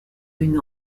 une